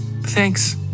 Thanks